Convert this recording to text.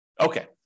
Okay